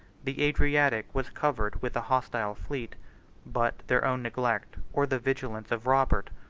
the adriatic was covered with a hostile fleet but their own neglect, or the vigilance of robert,